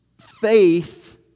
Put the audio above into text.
Faith